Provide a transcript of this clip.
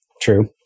true